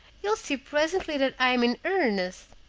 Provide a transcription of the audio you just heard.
you'll see presently that i am in earnest.